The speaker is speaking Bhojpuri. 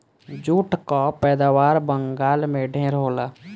जूट कअ पैदावार बंगाल में ढेर होला